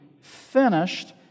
finished